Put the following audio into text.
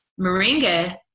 Moringa